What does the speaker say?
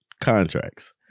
Contracts